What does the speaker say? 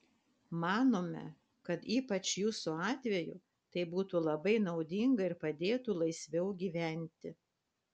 manome kad ypač jūsų atveju tai būtų labai naudinga ir padėtų laisviau gyventi